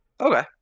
Okay